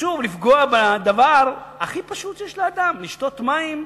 שוב, לפגוע בדבר הכי פשוט שיש לאדם, לשתות מים.